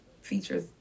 features